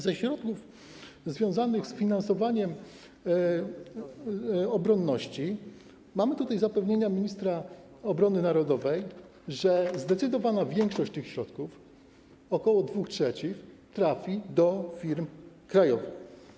Ze środków związanych z finansowaniem obronności mamy zapewnienia ministra obrony narodowej, że zdecydowana większość tych środków, bo ok. 2/3, trafi do firm krajowych.